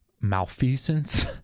malfeasance